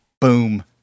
Boom